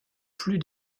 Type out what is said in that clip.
plus